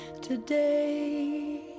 today